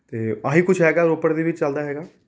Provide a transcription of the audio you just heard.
ਅਤੇ ਆਹੀ ਕੁਛ ਹੈਗਾ ਰੋਪੜ ਦੇ ਵਿੱਚ ਚਲਦਾ ਹੈਗਾ